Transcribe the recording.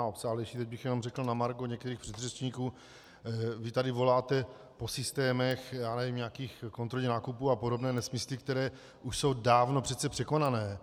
Teď bych jenom řekl na margo některých předřečníků: Vy tady voláte po systémech nějakých kontrolních nákupů a podobné nesmysly, které už jsou dávno přece překonané.